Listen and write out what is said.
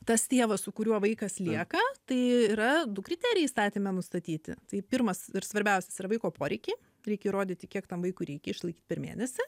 tas tėvas su kuriuo vaikas lieka tai yra du kriterijai įstatyme nustatyti tai pirmas ir svarbiausias yra vaiko poreikiai reikia įrodyti kiek tam vaikui reikia išlaikyt per mėnesį